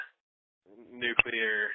nuclear